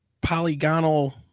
polygonal